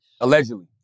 Allegedly